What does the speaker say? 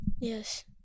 Yes